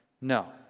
No